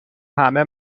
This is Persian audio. همه